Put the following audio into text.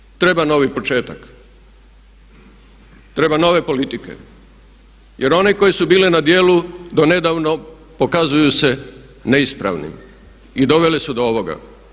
Hrvatska treba novi početak, treba nove politike jer one koje su bile na djelu do nedavno pokazuju se neispravnim i dovele su do ovoga.